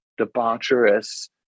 debaucherous